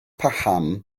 paham